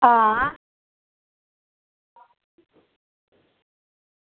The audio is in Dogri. हां